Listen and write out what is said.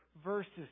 verses